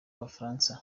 abafaransa